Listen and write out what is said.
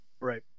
Right